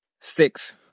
Six